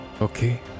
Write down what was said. okay